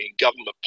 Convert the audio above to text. government